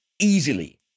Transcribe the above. easily